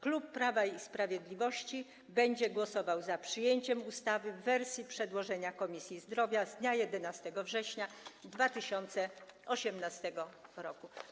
Klub Prawo i Sprawiedliwość będzie głosował za przyjęciem ustawy w wersji przedłożenia Komisji Zdrowia z dnia 11 września 2018 r.